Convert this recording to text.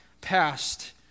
past